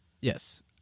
Yes